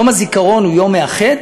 יום הזיכרון הוא יום מאחד,